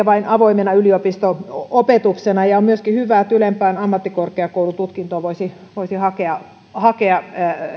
vain avoimena yliopisto opetuksena on myöskin hyvä että ylempään ammattikorkeakoulututkintoon voisi voisi hakea hakea